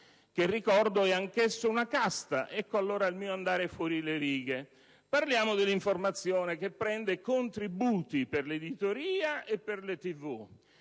che - ricordo - è anch'esso una casta. Ecco allora il mio andare fuori le righe. Parliamo dell'informazione che percepisce contributi per l'editoria e per le